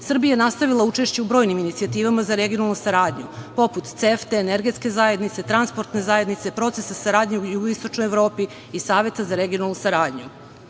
Srbija je nastavila učešće u brojnim inicijativama za regionalnu saradnju, poput CEFTA-e, Energetske zajednice, Transportne zajednice, procesa saradnje u Jugoistočnoj Evropi i Saveta za regionalnu saradnju.